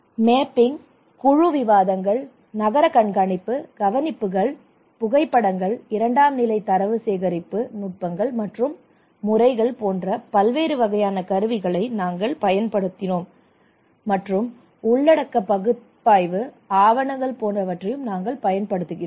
mapping குழு விவாதங்கள் நகர கண்காணிப்பு கவனிப்பகள் புகைப்படங்கள் இரண்டாம்நிலை தரவு சேகரிப்பு நுட்பங்கள் மற்றும் முறைகள் போன்ற பல்வேறு வகையான கருவிகளை நாங்கள் பயன்படுத்துகிறோம் மற்றும் உள்ளடக்க பகுப்பாய்வு ஆவணங்கள் போன்றவற்றையும் நாங்கள் பயன்படுத்துகிறோம்